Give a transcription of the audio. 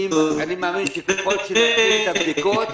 אני מעריך שככל שיהיו יותר בדיקות